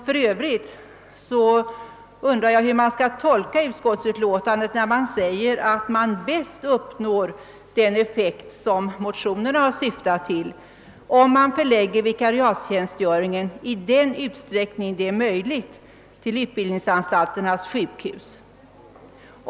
För övrigt undrar jag hur man skall tolka utskottsutlåtandet, där det heter att man i den utsträckning detta är möjligt bör förlägga vikariatstjänstgöringen till utbildningsanstalternas sjukhus.